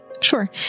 Sure